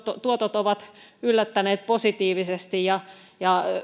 tuotot ovat yllättäneet positiivisesti ja